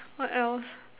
what else